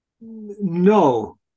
No